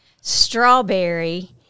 strawberry